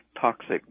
toxic